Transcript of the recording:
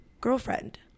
girlfriend